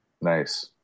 Nice